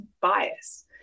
bias